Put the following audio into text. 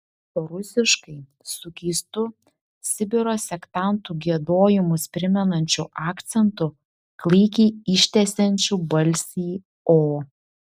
rusiškai su keistu sibiro sektantų giedojimus primenančiu akcentu klaikiai ištęsiančiu balsį o